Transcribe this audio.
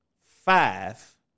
five